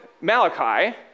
Malachi